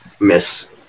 miss